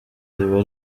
riba